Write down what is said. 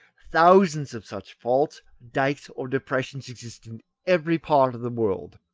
thousands of such faults, dykes, or depressions exist in every part of the world,